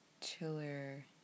chiller